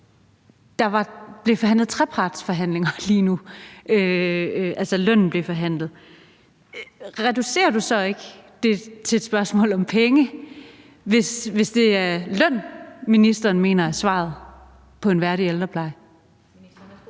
der blev forhandlet trepartsforhandlinger lige nu, altså at lønnen blev forhandlet. Reducerer det det så ikke til et spørgsmål om penge, hvis det er løn, ministeren mener er svaret på en værdig ældrepleje?